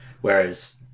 Whereas